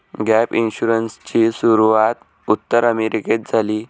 gap इन्शुरन्सची सुरूवात उत्तर अमेरिकेत झाली